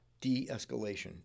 de-escalation